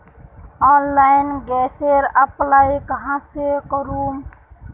Online गैसेर apply कहाँ से करूम?